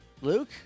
Luke